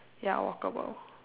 ya walkable